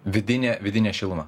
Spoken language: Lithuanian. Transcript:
vidinę vidinę šilumą